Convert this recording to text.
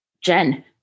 Jen